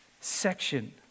section